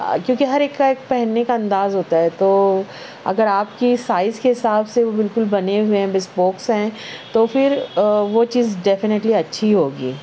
کیونکہ ہر ایک کا ایک پہننے کا انداز ہوتا ہے تو اگر آپ کی سائز کے حساب سے وہ بالکل بنے ہوئے وس بوکس ہیں تو پھر وہ چیز ڈیفنیٹلی اچھی ہوگی